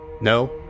No